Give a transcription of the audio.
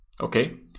Okay